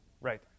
Right